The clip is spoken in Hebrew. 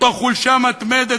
מתוך חולשה מתמדת,